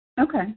Okay